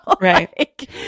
Right